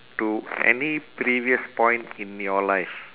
to any previous point in your life